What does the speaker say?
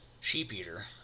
Sheep-eater